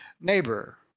neighbor